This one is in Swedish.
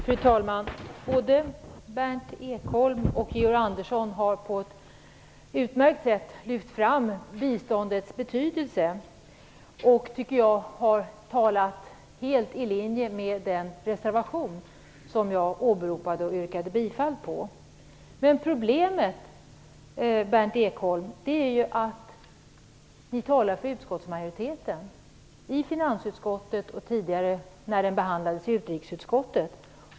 Fru talman! Både Berndt Ekholm och Georg Andersson har på ett utmärkt sätt lyft fram biståndets betydelse och, tycker jag, talat helt i linje med den reservation som jag åberopade och yrkade bifall till. Men problemet, Berndt Ekholm, är att ni talade för utskottsmajoriteten, i finansutskottet och tidigare när frågan behandlades i utrikesutskottet.